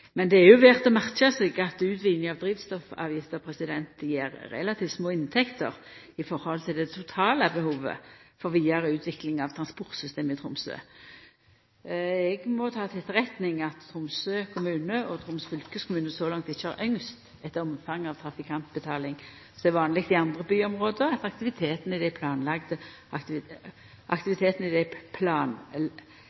Men det er òg verdt å merka seg at utvidinga av drivstoffavgifta gjev relativt små inntekter i forhold til det totale behovet for vidare utvikling av transportsystemet i Tromsø. Eg må ta til etterretning at Tromsø kommune og Troms fylkeskommune så langt ikkje har ynskt eit slikt omfang av trafikantbetaling som er vanleg i andre byområde. Dei planlagde aktivitetane dei neste fira åra er difor låge. Så er det